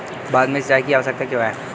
भारत में सिंचाई की आवश्यकता क्यों है?